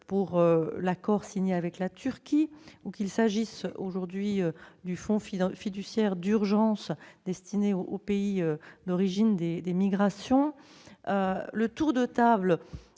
pour l'accord signé avec la Turquie ou du Fonds fiduciaire d'urgence destiné aux pays d'origine des migrations, le tour de table